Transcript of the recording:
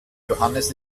johannes